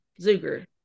Zuger